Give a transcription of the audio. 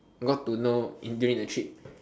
got to know during the trip